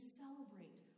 celebrate